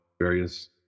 various